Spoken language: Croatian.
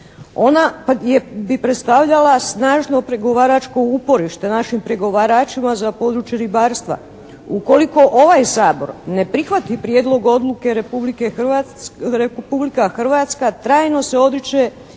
Ona bi predstavljala snažno pregovaračko uporište našim pregovaračima za područje ribarstva. Ukoliko ovaj Sabor ne prihvati prijedlog odluke Republika Hrvatska trajno se odriče